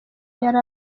yari